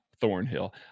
Thornhill